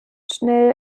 schnell